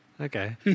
Okay